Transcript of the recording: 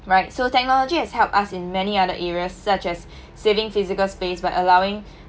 right so technology has helped us in many other areas such as saving physical space by allowing